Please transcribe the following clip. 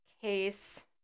case